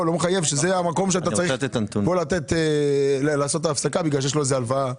לא מחייב שזה המקום שאתה צריך לעשות הפסקה בגלל שיש לו איזה הלוואה.